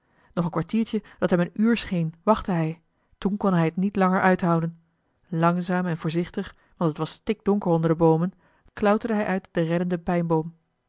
nog een kwartiertje dat hem een uur scheen wachtte hij toen kon hij het niet langer uithouden langzaam en voorzichtig want het was stikdonker onder de boomen klauterde hij uit den reddenden